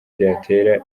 byatera